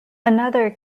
another